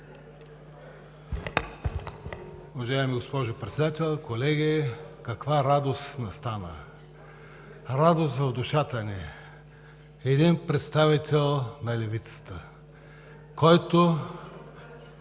Уважаема госпожо Председател, колеги! Каква радост настана, радост в душата ни – един представител на левицата, който